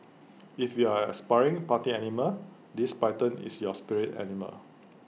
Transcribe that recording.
if you're an aspiring party animal this python is your spirit animal